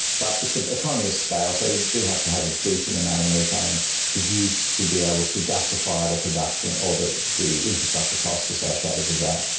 but it's ah economy of scale, so you do have to have a decent amount of methane produced to be able to justify the production or the the infrastructure costs associated with that.